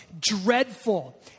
dreadful